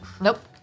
Nope